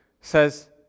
says